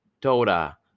Toda